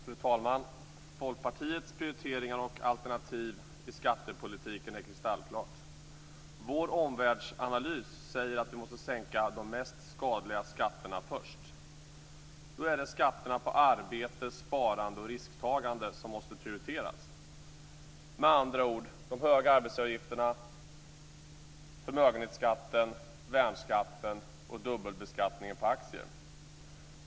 Fru talman! Folkpartiets prioriteringar och alternativ i skattepolitiken är kristallklara. Vår omvärldsanalys säger att vi måste sänka de mest skadliga skatterna först. Det är skatterna på arbete, sparande och risktagande som måste prioriteras. Det är med andra ord: de höga arbetsgivaravgifterna, förmögenhetsskatten, värnskatten och dubbelbeskattningen på aktier.